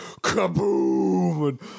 kaboom